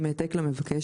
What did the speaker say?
עם העתק למבקש,